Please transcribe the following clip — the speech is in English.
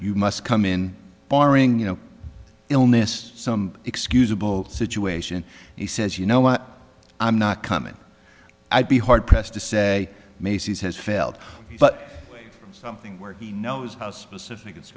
you must come in barring you know illness some excusable situation he says you know what i'm not coming i'd be hard pressed to say macy's has failed but something where he knows how specific it's